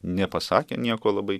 nepasakė nieko labai